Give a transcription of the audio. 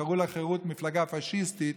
קראו לחרות מפלגה פשיסטית,